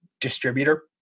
distributor